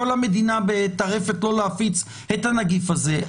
כל המדינה בטרפת לא להפיץ את הנגיף הזה,